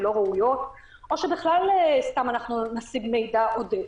לא ראויות או שבכלל סתם אנחנו נשיג מידע עודף.